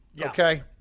Okay